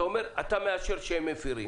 אתה מאשר שהם מפרים,